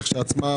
כשלעצמה,